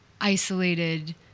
isolated